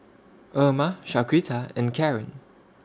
Erma Shaquita and Karren